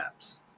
apps